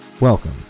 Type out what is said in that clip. welcome